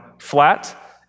flat